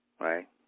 Right